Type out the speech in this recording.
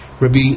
Rabbi